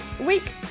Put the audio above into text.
week